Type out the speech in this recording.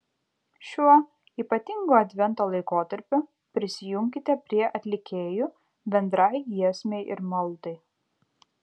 šiuo ypatingu advento laikotarpiu prisijunkite prie atlikėjų bendrai giesmei ir maldai